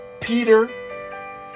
Peter